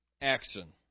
action